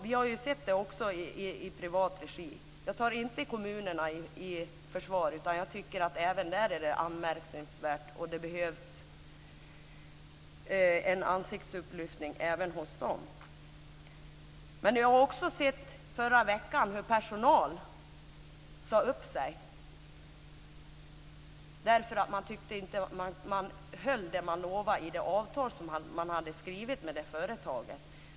Vi har sett detta också i privat regi. Jag tar inte kommunerna i försvar, utan jag tycker att det även där är anmärkningsvärt. Det behövs en ansiktslyftning även hos kommunerna. Förra veckan såg jag att personal sade upp sig som inte tyckte att man höll vad som utlovats i det avtal som hade skrivits med företaget.